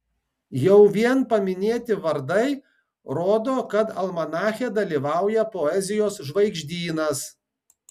jau vien paminėti vardai rodo kad almanache dalyvauja poezijos žvaigždynas